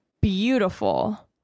beautiful